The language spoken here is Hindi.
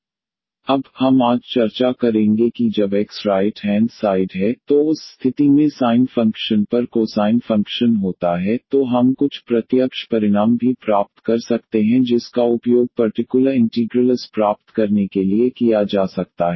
eax अब हम आज चर्चा करेंगे कि हम अपनी चर्चा जारी रखेंगे कि जब x राइट हेंड साइड है तो उस स्थिति में sin फंक्शन पर cosine फंक्शन होता है तो हम कुछ प्रत्यक्ष परिणाम भी प्राप्त कर सकते हैं जिसका उपयोग पर्टिकुलर इंटीग्रलस प्राप्त करने के लिए किया जा सकता है